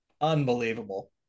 Unbelievable